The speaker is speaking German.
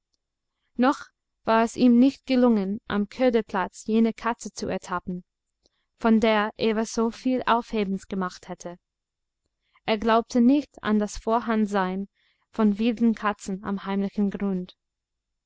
noch war es ihm nicht gelungen am köderplatz jene katze zu ertappen von der eva so viel aufhebens gemacht hatte er glaubte nicht an das vorhandensein von wilden katzen im heimlichen grund